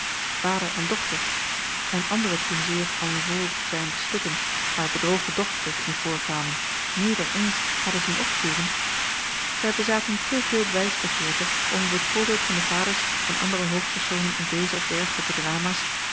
vader en dochter en andere toen zeer en vogue zijnde stukken waar bedrogen dochters in voorkwamen meer dan eens hadden zien opvoeren zij bezaten te veel wijsbegeerte om op het voorbeeld van de vaders en andere hoofdpersonen in deze of dergelijke dramaas